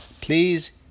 please